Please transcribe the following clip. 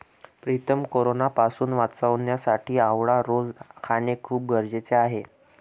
प्रीतम कोरोनापासून वाचण्यासाठी आवळा रोज खाणे खूप गरजेचे आहे